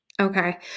Okay